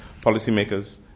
policymakers